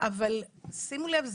אבל שימו לב,